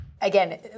Again